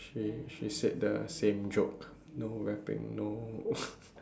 she she said the same joke no rapping no